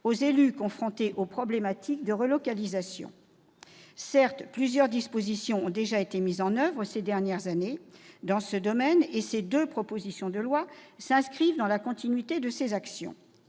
aux élus confrontés aux questions de relocalisation. Plusieurs dispositions ont déjà été mises en oeuvre, au cours des dernières années, dans ce domaine, et les deux propositions de loi s'inscrivent dans la continuité de ces actions.